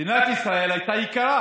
מדינת ישראל הייתה יקרה,